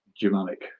Germanic